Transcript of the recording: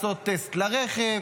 צריך לעשות טסט לרכב,